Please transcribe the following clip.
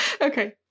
Okay